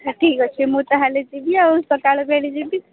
ହଁ ଠିକ୍ ଅଛି ମୁଁ ତାହେଲେ ଯିବି ଆଉ ସକାଳ ବେଳେ ଯିବି